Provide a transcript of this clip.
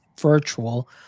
virtual